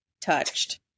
touched